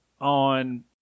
on